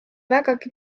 vägagi